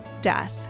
death